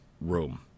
Room